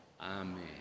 Amen